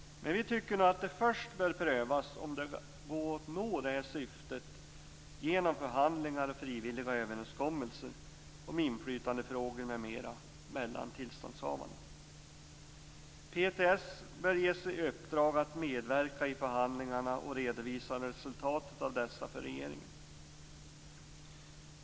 Men vi tycker nog att det först bör prövas om det går att nå detta syfte genom förhandlingar och frivilliga överenskommelser om inflytandefrågor m.m. mellan tillståndshavarna. PTS bör ges i uppdrag att medverka i förhandlingarna och redovisa resultatet av dessa för regeringen.